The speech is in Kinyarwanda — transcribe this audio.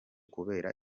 kubera